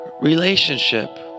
relationship